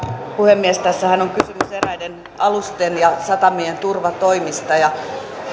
puhemies tässähän on kysymys eräiden alusten ja satamien turvatoimista